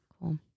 Cool